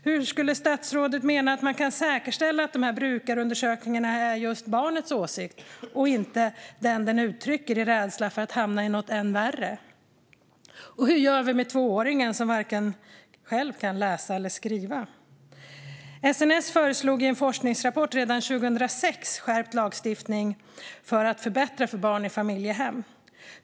Hur menar statsrådet att man kan säkerställa att dessa brukarundersökningar ger uttryck för just barnets åsikt och inte en åsikt som barnet uttrycker i rädsla för att hamna i något ännu värre? Och hur gör vi med tvååringen som själv varken kan läsa eller skriva? SNS föreslog i en forskningsrapport redan 2006 skärpt lagstiftning för att förbättra för barn i familjehem.